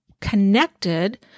connected